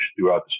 throughout